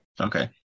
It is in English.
okay